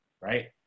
right